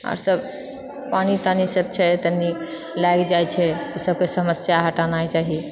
आओर सब पानी तानी सब छै तनी लागि जाइ छै ई सबकऽ समस्या हटाना चाही